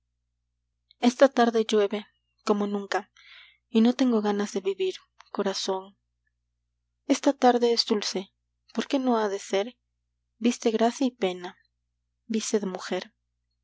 esta tarde llueve como nunca y no tengo ganas de vivir corazón esta tarde es dulce porqué no ha de ser viste gracia y pena viste de mujer